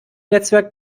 netzwerk